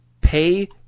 pay